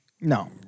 No